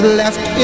left